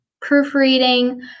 proofreading